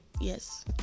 yes